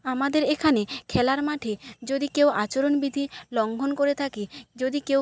আমাদের এখানে খেলার মাঠে যদি কেউ আচরণবিধি লঙ্ঘন করে থাকি যদি কেউ